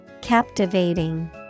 Captivating